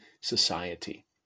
society